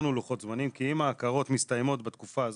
יצרנו לוחות זמנים כי אם ההכרות מסתיימות בתקופה הזאת,